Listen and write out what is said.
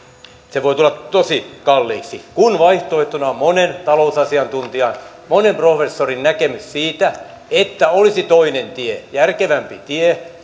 se voi tulla tosi kalliiksi kun vaihtoehtona on monen talousasiantuntijan monen professorin näkemys siitä että olisi toinen tie järkevämpi tie